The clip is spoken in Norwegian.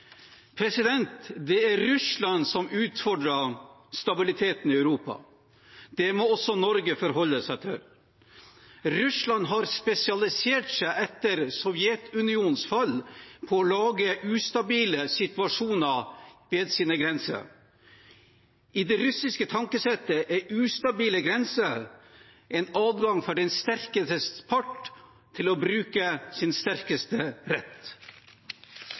Det er Russland som utfordrer stabiliteten i Europa. Det må også Norge forholde seg til. Russland har etter Sovjetunionens fall spesialisert seg på å lage ustabile situasjoner ved sine grenser. I det russiske tankesettet er ustabile grenser en adgang for den sterkeste part til å bruke sin sterkeste rett.